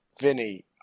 Vinny